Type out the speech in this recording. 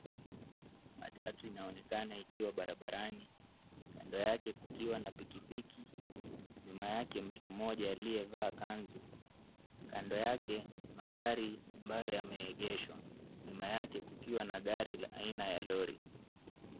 Matatu inaonekana ikiwa barabarani. Kando yake kukiwa na pikipiki. Nyuma yake mtu mmoja aliyevaa kanzu. Kando yake magari ambayo yameegeshwa. Nyuma yake kukiwa na gari la aina ya lori.